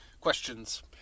questions